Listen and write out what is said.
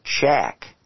check